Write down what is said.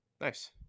Nice